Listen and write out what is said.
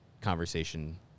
conversation